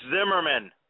Zimmerman